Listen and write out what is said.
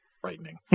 Frightening